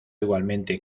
igualmente